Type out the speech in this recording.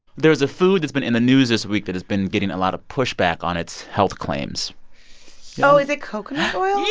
there's a food that's been in the news this week that has been getting a lot of pushback on its health claims oh, is it coconut oil?